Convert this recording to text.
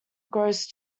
grows